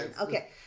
okay